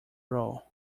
role